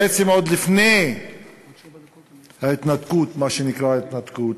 בעצם עוד לפני ההתנתקות, מה שנקרא ההתנתקות,